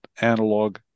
analog